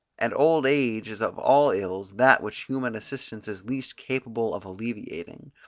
and old age is of all ills that which human assistance is least capable of alleviating,